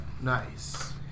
Nice